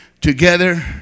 together